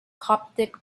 coptic